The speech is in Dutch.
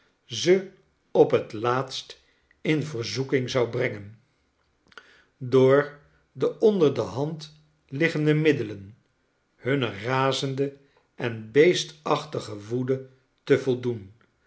ze op het laatst in verzoeking zou brengen door de onder de hand liggende middelen hunne razende en beestachtige woede te voldoen